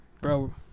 bro